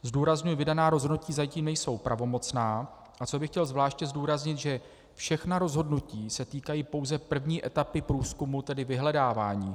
Zdůrazňuji, vydaná rozhodnutí zatím nejsou pravomocná, a co bych chtěl zvláště zdůraznit, že všechna rozhodnutí se týkají pouze první etapy průzkumu, tedy vyhledávání.